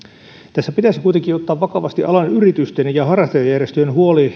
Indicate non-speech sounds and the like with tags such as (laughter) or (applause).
tässä pitäisi kuitenkin ottaa vakavasti alan yritysten ja harrastajajärjestöjen huoli (unintelligible)